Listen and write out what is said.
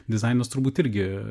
dizainas turbūt irgi